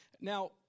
Now